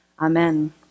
Amen